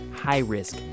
high-risk